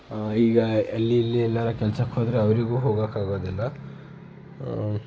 ಈಗ ಅಲ್ಲಿ ಇಲ್ಲಿ ಎಲ್ಲಾರು ಕೆಲ್ಸಕ್ಕೆ ಹೋದರೆ ಅವರಿಗೂ ಹೋಗಕ್ಕೆ ಆಗೋದಿಲ್ಲ